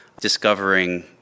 discovering